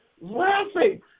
laughing